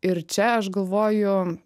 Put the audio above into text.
ir čia aš galvoju